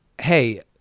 hey